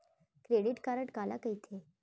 Credit card काला कहिथे?